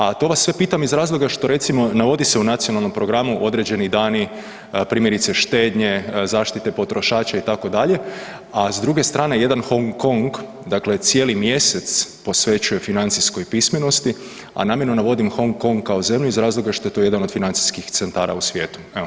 A to vas sve pitam iz razloga što recimo navodi se u nacionalnom programu određeni dani, primjerice štednje, zaštite potrošača itd., a s druge strane jedan Hong Kong, dakle cijeli mjesec posvećuje financijskoj pismenosti, a namjerno navodim Hong Kong kao zemlju iz razloga što je to jedan od financijskih centara u svijetu.